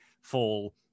fall